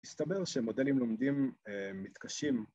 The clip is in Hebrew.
‫הסתבר שמודלים לומדים מתקשים